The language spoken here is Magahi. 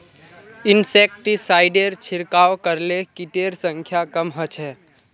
इंसेक्टिसाइडेर छिड़काव करले किटेर संख्या कम ह छ